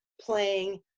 playing